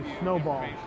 snowball